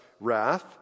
wrath